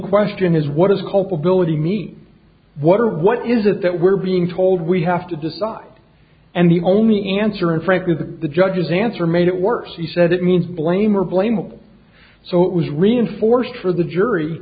question is what is culpability meet what or what is it that we're being told we have to decide and the only answer and frankly that the judges answer made it worse he said it means blame or blame will so it was reinforced for the jury